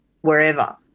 wherever